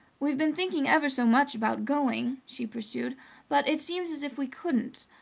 we've been thinking ever so much about going, she pursued but it seems as if we couldn't.